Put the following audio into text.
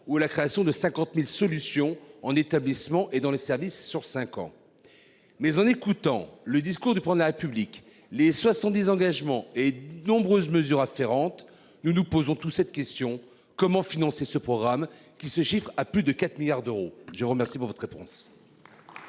ou la création de 50.000 solutions en établissements et dans les services sur 5 ans. Mais en écoutant le discours du prendre public les 70 engagement et de nombreuses mesures afférentes. Nous nous posons tous cette question comment financer ce programme qui se chiffre à plus de 4 milliards d'euros. Je vous remercie pour votre réponse.